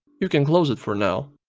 you can close it for now.